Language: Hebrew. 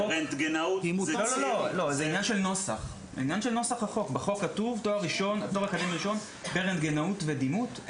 בחוק כתוב תואר ראשון ברנטגנאות ודימות.